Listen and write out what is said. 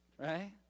right